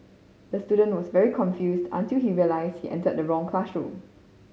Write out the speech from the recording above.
the student was very confused until he realised he entered the wrong classroom